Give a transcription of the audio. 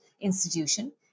institution